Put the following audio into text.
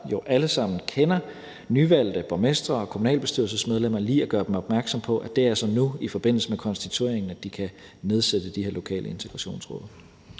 jo alle sammen kender nyvalgte borgmestre og kommunalbestyrelsesmedlemmer, til lige at gøre dem opmærksom på, at det altså er nu i forbindelse med konstitueringen, at de kan nedsætte de her lokale integrationsråd.